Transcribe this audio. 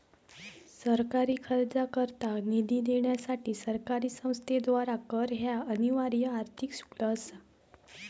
सरकारी खर्चाकरता निधी देण्यासाठी सरकारी संस्थेद्वारा कर ह्या अनिवार्य आर्थिक शुल्क असा